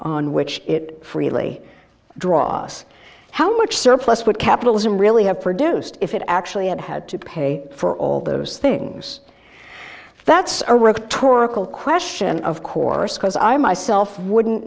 on which it freely draw us how much surplus would capitalism really have produced if it actually had had to pay for all those things that's a rhetorical question of course because i myself wouldn't